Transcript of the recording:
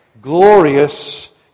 glorious